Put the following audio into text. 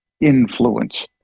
influence